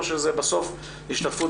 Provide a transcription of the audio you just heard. או שזה בסוף השתתפות